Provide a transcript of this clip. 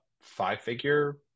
five-figure